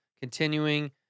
continuing